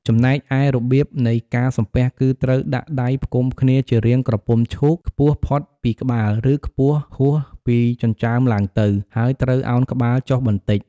ចំណែកឯរបៀបនៃការសំពះគឺ ត្រូវដាក់ដៃផ្គុំគ្នាជារាងក្រពុំឈូកខ្ពស់ផុតពីក្បាល ឬខ្ពស់ហួសពីចិញ្ចើមឡើងទៅ ហើយត្រូវឱនក្បាលចុះបន្តិច។